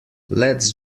lets